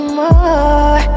more